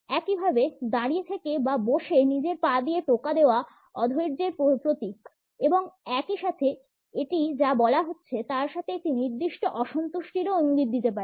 একইভাবে দাঁড়িয়ে থেকে বা বসে নিজের পা দিয়ে টোকা দেওয়া অধৈর্যের প্রতীক এবং একই সাথে এটি যা বলা হচ্ছে তার সাথে একটি নির্দিষ্ট অসন্তুষ্টিরও ইঙ্গিত দিতে পারে